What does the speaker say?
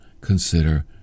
consider